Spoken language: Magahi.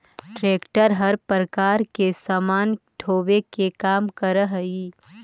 ट्रेक्टर हर प्रकार के सामान ढोवे के काम करऽ हई